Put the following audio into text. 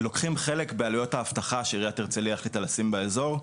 לוקחים חלק בעלויות האבטחה שעיריית הרצלייה החליטה לשים באזור.